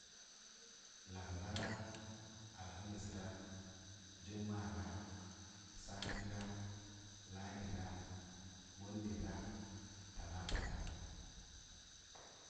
Larabara, alhamisara, jumma’ara satira ladira, modayra, talatsra.